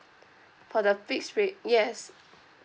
for the fixed rate yes